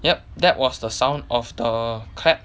yup that was the sound of the cat